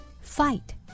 Fight